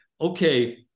okay